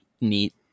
neat